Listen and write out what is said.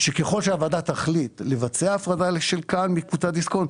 - שככל שהוועדה תחליט לבצע הפרדה של כאל מקבוצת דיסקונט,